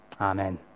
Amen